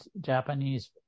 Japanese